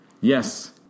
Yes